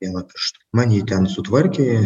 vieno piršto man jį ten sutvarkė